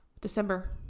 December